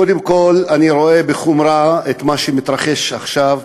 קודם כול, אני רואה בחומרה את מה שמתרחש עכשיו,